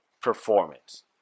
performance